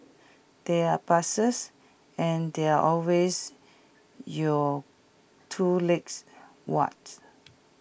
there are buses and there are always your two legs what's